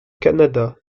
kannada